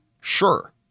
sure